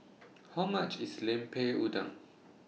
How much IS Lemper Udang